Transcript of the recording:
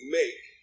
make